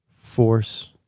force